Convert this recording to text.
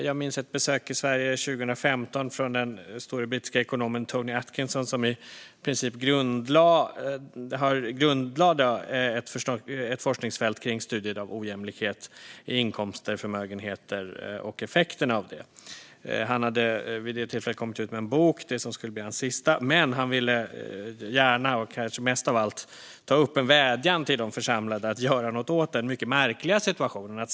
Jag minns ett besök i Sverige 2015 av den store brittiske ekonomen Tony Atkinson. Han är den som i princip grundlade ett forskningsfält för studier av ojämlikhet i inkomster och förmögenheter och effekterna av det. Han hade vid det tillfället kommit ut med en bok, den som skulle bli hans sista. Han ville gärna och kanske mest av allt framföra en vädjan till de församlade att göra något åt den mycket märkliga situationen.